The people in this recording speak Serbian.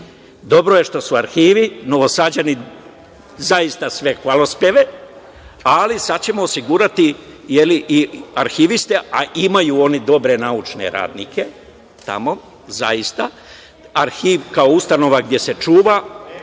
je što su arhivi, za Novosađane zaista sve hvalospeve, ali sada ćemo osigurati i arhiviste, a imaju oni dobre naučne radnike, tamo, zaista. Arhive kao ustanova gde se čuva